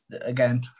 again